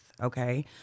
Okay